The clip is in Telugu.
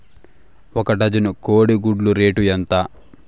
ఒక డజను కోడి గుడ్ల రేటు ఎంత?